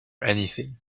anything